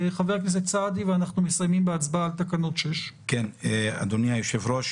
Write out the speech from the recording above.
חבר הכנסת סעדי ואנחנו מסיימים בהצבעה על תקנות מס' 6. אדוני היושב-ראש,